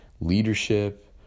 leadership